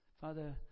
Father